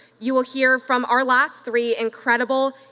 you will hear from our last three incredible,